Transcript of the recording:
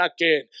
again